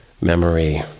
memory